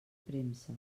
premsa